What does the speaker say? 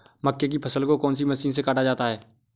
मक्के की फसल को कौन सी मशीन से काटा जाता है?